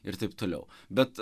ir taip toliau bet